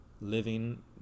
living